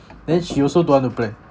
then she also don't want to plan